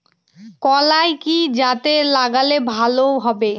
কলাই কি জাতে লাগালে ভালো হবে?